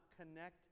connect